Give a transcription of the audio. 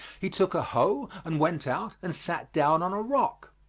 he took a hoe and went out and sat down on a rock.